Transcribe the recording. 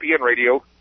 Radio